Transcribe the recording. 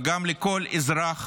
וגם לכל אזרח